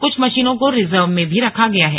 कुछ मशीनों को रीजर्व में भी रखा गया है